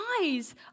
eyes